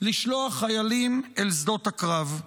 לשלוח חיילים אל שדות הקרב.